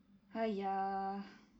!haiya!